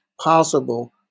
possible